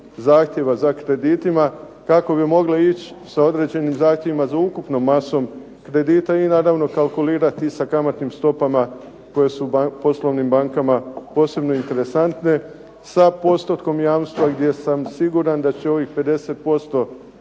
zahtjeva za kreditima kako bi mogle ići sa određenim zahtjevima za ukupnom masom kredita i naravno kalkulirati sa kamatnim stopama koje su poslovnim bankama posebno interesantne. Sa postotkom jamstva gdje sam siguran da će ovih 50%